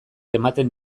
ematen